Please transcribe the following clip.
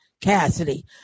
Cassidy